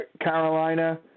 Carolina